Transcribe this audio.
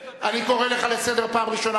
באמת, באמת יש גבול.